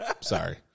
Sorry